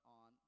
on